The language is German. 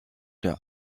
der